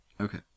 Okay